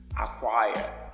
acquire